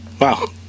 Wow